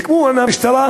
סיכמו עם המשטרה